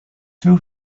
two